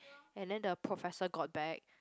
and then the professor got back